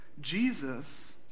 Jesus